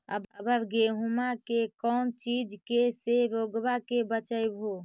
अबर गेहुमा मे कौन चीज के से रोग्बा के बचयभो?